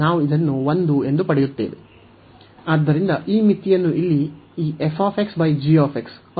ಆದ್ದರಿಂದ ಈ ಮಿತಿಯನ್ನು ಇಲ್ಲಿ ಈ ಅನುಪಾತವು 1 ಪಡೆಯುತ್ತಿದೆ